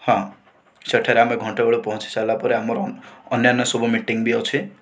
ହଁ ସେଠାରେ ଆମେ ଘଣ୍ଟେ ବେଳେ ପହଞ୍ଚିସାରିଲା ପରେ ଆମର ଅନ୍ୟାନ୍ୟ ସବୁ ମିଟିଂ ବି ଅଛି